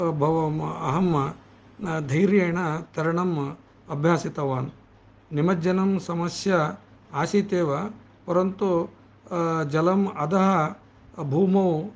अहं धैर्येण तरणम् अभ्यासितवान् निमज्जनं समस्या आसीत् एव परन्तु जलम् अधः भूमौ